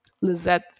Lizette